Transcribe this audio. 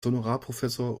honorarprofessor